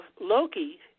Loki